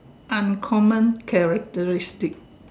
uncommon characteristic